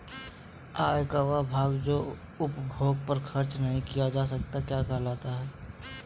आय का वह भाग जो उपभोग पर खर्च नही किया जाता क्या कहलाता है?